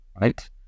right